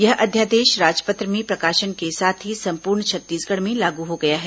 यह अध्यादेश राजपत्र में प्रकाशन के साथ ही संपूर्ण छत्तीसगढ़ में लागू हो गया है